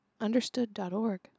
understood.org